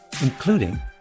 including